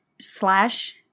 slash